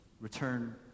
return